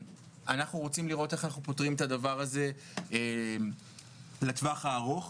אנחנו רוצים לראות איך אנחנו פותרים את הדבר הזה לטווח הארוך.